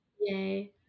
Yay